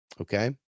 Okay